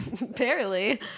Barely